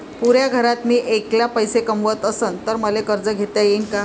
पुऱ्या घरात मी ऐकला पैसे कमवत असन तर मले कर्ज घेता येईन का?